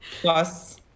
plus